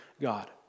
God